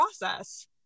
process